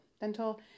dental